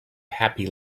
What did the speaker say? happy